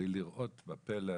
כדי לראות בפלא הזה.